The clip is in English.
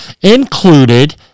included